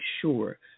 sure